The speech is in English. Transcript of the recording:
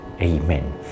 amen